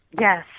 Yes